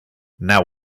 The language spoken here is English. now